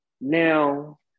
Now